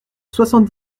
soixante